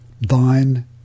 thine